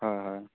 হয় হয়